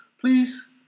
please